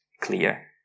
clear